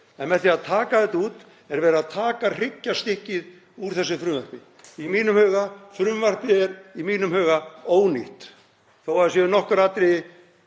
Með því að taka þetta út er verið að taka hryggjarstykkið úr þessu frumvarpi. Frumvarpið er í mínum huga ónýtt þó að það séu nokkur atriði